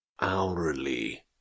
hourly